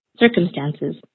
circumstances